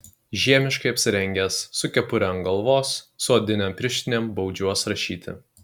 žiemiškai apsirengęs su kepure ant galvos su odinėm pirštinėm baudžiuos rašyti